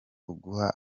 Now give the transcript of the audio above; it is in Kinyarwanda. uguha